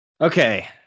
okay